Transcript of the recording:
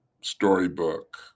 storybook